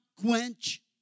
quench